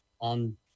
on